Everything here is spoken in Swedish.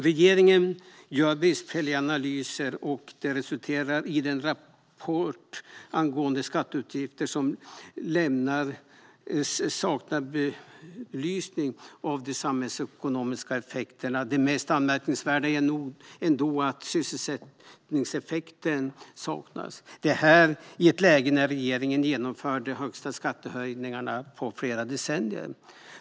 Regeringen gör bristfälliga analyser, och det resulterar i att den rapport angående skatteutgifter som lämnas saknar belysning av de samhällsekonomiska effekterna. Det mest anmärkningsvärda är nog ändå att sysselsättningseffekten saknas i ett läge när regeringen genomför de högsta skattehöjningarna på flera decennier.